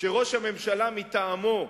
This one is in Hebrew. כשראש הממשלה מטעמו,